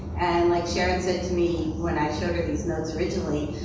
and like sharron said to me when i showed her these notes originally,